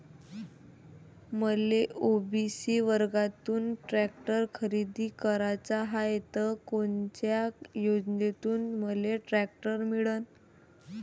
मले ओ.बी.सी वर्गातून टॅक्टर खरेदी कराचा हाये त कोनच्या योजनेतून मले टॅक्टर मिळन?